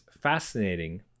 fascinating